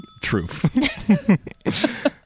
Truth